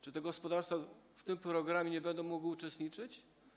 Czy te gospodarstwa w tym programie nie będą mogły uczestniczyć?